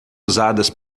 usadas